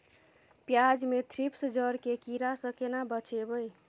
प्याज मे थ्रिप्स जड़ केँ कीड़ा सँ केना बचेबै?